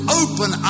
open